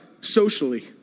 socially